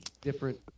different